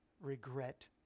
regret